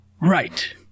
right